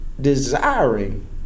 desiring